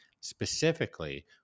Specifically